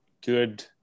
good –